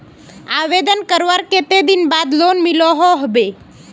आवेदन करवार कते दिन बाद लोन मिलोहो होबे?